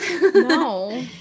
no